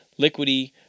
liquidy